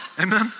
Amen